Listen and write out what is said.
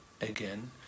again